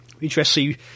Interesting